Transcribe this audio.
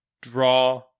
draw